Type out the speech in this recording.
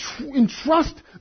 entrust